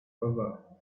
over